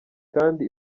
kandi